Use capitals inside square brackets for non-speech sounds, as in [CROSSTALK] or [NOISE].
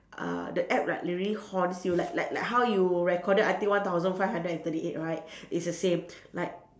uh the app right really haunts you like like like how you recorded until one thousand five hundred and thirty eight right [BREATH] it's the same [BREATH] like